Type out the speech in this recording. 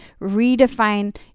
redefine